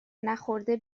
نخورده